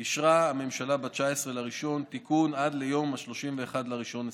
במקומות עבודה, עד 21 בינואר.